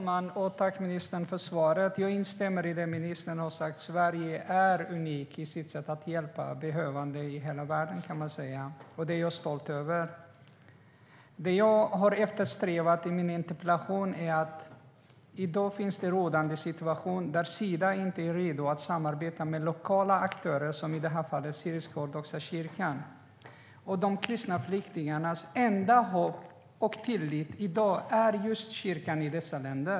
Herr talman! Tack, ministern, för svaret! Jag instämmer i det som ministern har sagt om att Sverige är unikt i sitt sätt att hjälpa behövande i hela världen. Det är jag stolt över. Det jag har eftersträvat att framhålla i min interpellation är att det i dag råder en situation där Sida inte är redo att samarbeta med lokala aktörer, i det här fallet den syrisk-ortodoxa kyrkan. Det enda hopp som de kristna flyktingarna i dessa länder har och som de kan ha tillit till är just kyrkan.